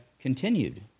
continued